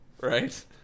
Right